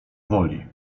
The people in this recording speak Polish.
woli